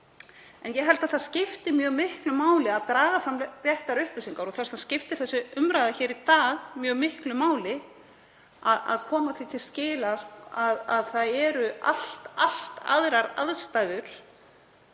En ég held að það skipti mjög miklu máli að draga fram réttar upplýsingar. Þess vegna skiptir þessi umræða hér í dag mjög miklu máli, að koma því til skila að það eru allt aðrar aðstæður,